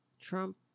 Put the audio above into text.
Trump